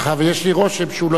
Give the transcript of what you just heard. ויש לי רושם שהוא לא יסכים.